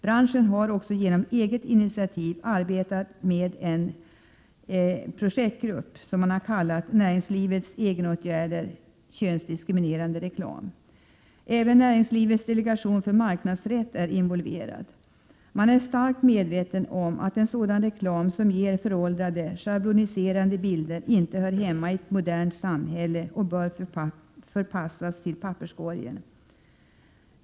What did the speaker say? Branschen har också genom eget initiativ arbetat med en projektgrupp, som man har kallat Näringslivets egenåtgärder — könsdiskriminerande reklam. Även Näringslivets delegation för marknadsrätt är involverad. Man är starkt medveten om att en sådan reklam som ger föråldrade, schabloniserande bilder inte hör hemma i ett modernt samhälle utan bör förpassas till papperskorgen.